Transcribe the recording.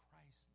Christ